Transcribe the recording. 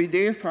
I detta